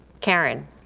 Karen